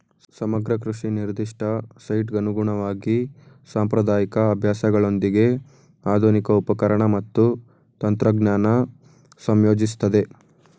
ಸಮಗ್ರ ಕೃಷಿ ನಿರ್ದಿಷ್ಟ ಸೈಟ್ಗನುಗುಣವಾಗಿ ಸಾಂಪ್ರದಾಯಿಕ ಅಭ್ಯಾಸಗಳೊಂದಿಗೆ ಆಧುನಿಕ ಉಪಕರಣ ಮತ್ತು ತಂತ್ರಜ್ಞಾನ ಸಂಯೋಜಿಸ್ತದೆ